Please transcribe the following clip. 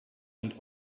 and